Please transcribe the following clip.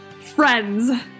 Friends